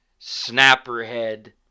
snapperhead